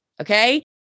okay